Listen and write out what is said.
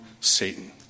Satan